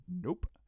nope